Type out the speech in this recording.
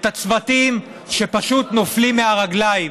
את הצוותים שפשוט נופלים מהרגליים,